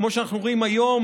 כמו שאנחנו רואים היום